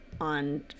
on